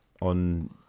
on